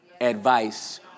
advice